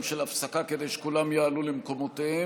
של הפסקה כדי שכולם יעלו למקומותיהם.